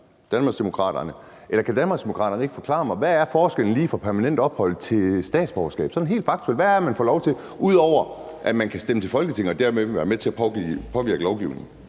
Men kan Danmarksdemokraterne ikke forklare mig, hvad forskellen er mellem permanent ophold og statsborgerskab? Hvad er det sådan helt faktuelt, man får lov til, ud over at man kan stemme til folketingsvalg og dermed være med til at påvirke lovgivningen?